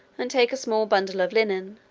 and take a small bundle of linen,